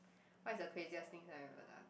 what is the craziest thing that I ever done